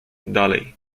dalej